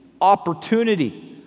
opportunity